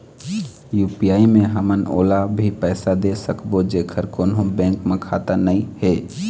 UPI मे हमन ओला भी पैसा दे सकबो जेकर कोन्हो बैंक म खाता नई हे?